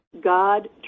God